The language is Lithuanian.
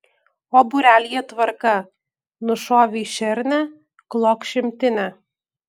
o būrelyje tvarka nušovei šernę klok šimtinę